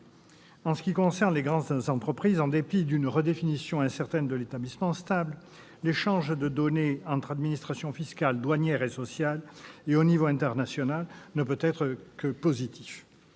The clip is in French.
En ce qui concerne les grandes entreprises, en dépit d'une redéfinition incertaine de l'établissement stable, l'échange de données entre administrations fiscales, douanières, sociales et au niveau international ne peut qu'être positif.